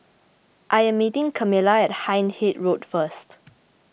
I am meeting Camila at Hindhede Road first